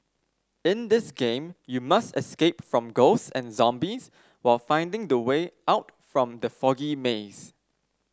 in this game you must escape from ghosts and zombies while finding the way out from the foggy maze